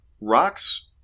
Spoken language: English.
rocks